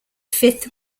fifth